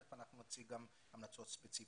תיכף אנחנו נציג גם המלצות ספציפיות.